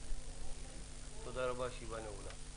תודה רבה, הישיבה נעולה.